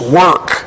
work